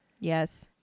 yes